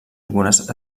algunes